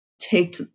take